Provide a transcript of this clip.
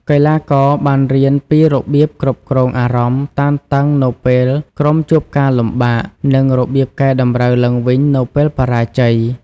កីឡាករបានរៀនពីរបៀបគ្រប់គ្រងអារម្មណ៍តានតឹងនៅពេលក្រុមជួបការលំបាក និងរបៀបកែតម្រូវឡើងវិញនៅពេលបរាជ័យ។